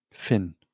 Finn